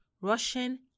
Russian